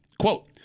Quote